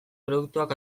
produktuak